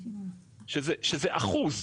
שזה אחוז,